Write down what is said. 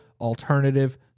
alternative